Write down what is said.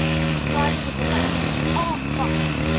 he cried with a laugh ah, fox!